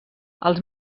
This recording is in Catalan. els